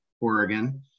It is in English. Oregon